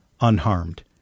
unharmed